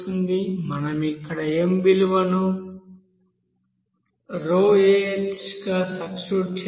మనం ఇక్కడ m విలువను Ah గా సబ్స్టిట్యూట్ చేయాలి